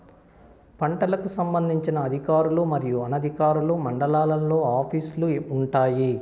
పంటలకు సంబంధించిన అధికారులు మరియు అనధికారులు మండలాల్లో ఆఫీస్ లు వుంటాయి?